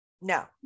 No